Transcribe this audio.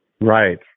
Right